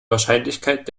wahrscheinlichkeit